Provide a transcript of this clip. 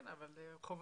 כן, אבל חובתי.